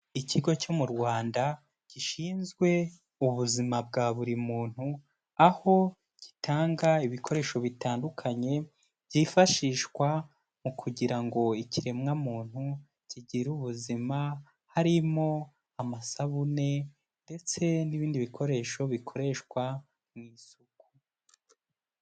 Ikigo cyo mu Rwanda gishinzwe ubuzima bwa buri muntu, aho gitanga ibikoresho bitandukanye byifashishwa mu kugira ngo ikiremwa muntu kigire ubuzima harimo amasabune ndetse n'ibindi bikoresho bikoreshwa mu isuku.